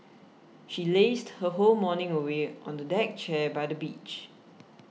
she lazed her whole morning away on a deck chair by the beach